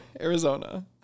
Arizona